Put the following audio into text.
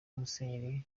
musenyeri